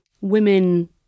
women